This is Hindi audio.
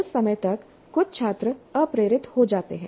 उस समय तक कुछ छात्र अप्रेरित हो जाते हैं